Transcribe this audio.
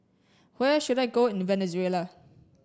where should I go in Venezuela